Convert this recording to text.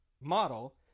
Model